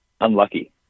unlucky